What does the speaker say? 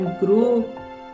Grow